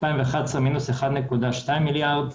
ב-2011 מינוס 1.2 מיליארד,